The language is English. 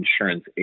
insurance